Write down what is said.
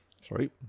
Sorry